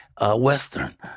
Western